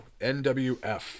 NWF